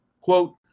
Quote